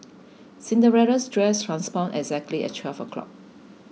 Cinderella's dress transformed exactly at twelve o'clock